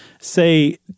say